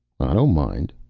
i don't mind.